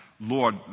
Lord